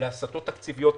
להסטות תקציביות,